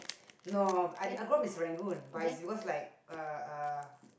no I I grow in Serangoon but if you go like a a